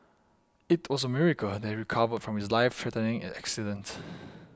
it was a miracle that he recovered from his life threatening accident